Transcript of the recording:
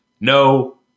No